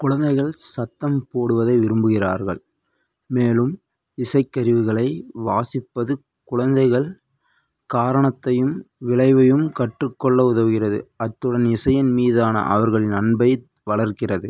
குழந்தைகள் சத்தம் போடுவதை விரும்புகிறார்கள் மேலும் இசைக்கருவிகளை வாசிப்பது குழந்தைகள் காரணத்தையும் விளைவையும் கற்றுக்கொள்ள உதவுகிறது அத்துடன் இசையின் மீதான அவர்களின் அன்பை வளர்க்கிறது